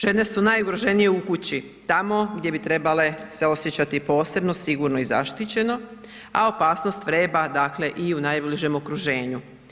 Žene su najugroženije u kući, tamo gdje bi trebale se osjećati posebno sigurno i zaštićeno, a opasnost vreba dakle i u najbližem okruženju.